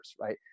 Right